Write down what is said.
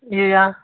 ᱤᱭᱟᱹᱭᱟ